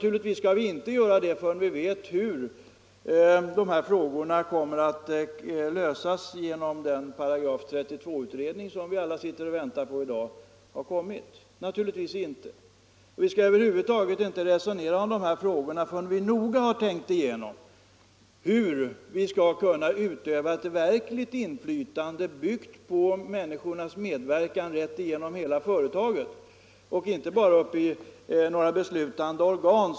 Det skall vi inte göra förrän vi vet hur de här frågorna kommer att lösas genom den § 32-utredning som vi alla sitter och väntar på, naturligtvis inte. Vi skall över huvud taget inte resonera om de här frågorna förrän vi noga har tänkt igenom hur vi skall kunna utöva ett verkligt inflytande byggt på människornas medverkan rätt igenom hela företaget och inte bara uppe i några beslutande organ.